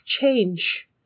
change